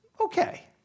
okay